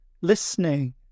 Listening